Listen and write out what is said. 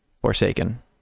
forsaken